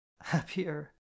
Happier